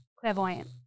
Clairvoyant